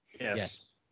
Yes